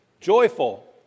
Joyful